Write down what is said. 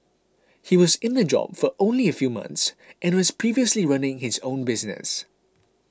he was in the job for only a few months and was previously running his own business